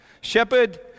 Shepherd